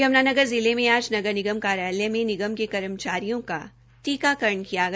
यमुनानगर जिले में आज नगर निगम कार्यालय में निगम के कर्मचारियों का टीकाकरण किया गया